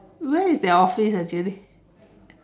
where is their office actually